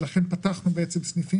אם זה בכרמיאל,